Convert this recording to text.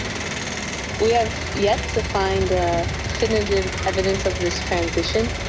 we have yet to find ah definitive evidence of this transition,